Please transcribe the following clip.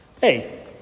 Hey